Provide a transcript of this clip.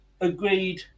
agreed